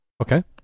Okay